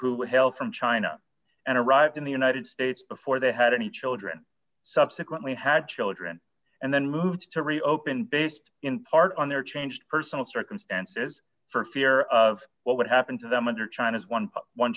who hail from china and arrived in the united states before they had any children subsequently had children and then moved to reopen based in part on their changed personal circumstances for fear of what would happen to them under china's